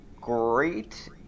great